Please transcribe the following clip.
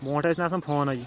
برٛونٛٹھ ٲسۍ نہٕ آسان فونٕے